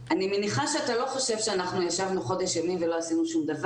אני מניחה שאתה לא חושב שאנחנו ישבנו חודש ימים ולא עשינו כלום.